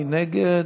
מי נגד?